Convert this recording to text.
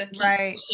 Right